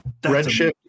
redshift